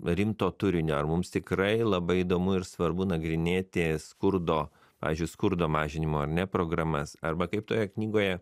rimto turinio ar mums tikrai labai įdomu ir svarbu nagrinėti skurdo pavyzdžiui skurdo mažinimo ar ne programas arba kaip toje knygoje